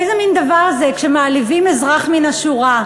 איזה מין דבר זה שכשמעליבים אזרח מן השורה,